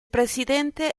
presidente